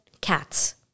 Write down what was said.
cats